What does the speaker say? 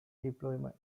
deployment